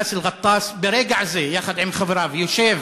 באסל גטאס ברגע זה, יחד עם חבריו, יושב